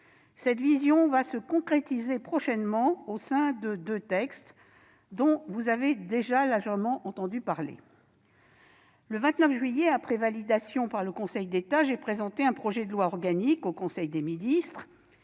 cette vision va se concrétiser prochainement au sein de deux textes dont vous avez déjà largement entendu parler. Le 29 juillet, après validation par le Conseil d'État, j'ai présenté un projet de loi organique au conseil des ministres